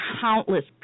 countless